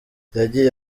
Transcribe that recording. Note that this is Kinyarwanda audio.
yagiye